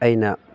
ꯑꯩꯅ